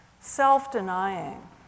self-denying